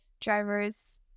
driver's